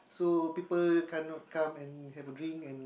so people cannot come and have a drink and